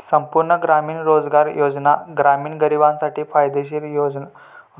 संपूर्ण ग्रामीण रोजगार योजना ग्रामीण गरिबांसाठी फायदेशीर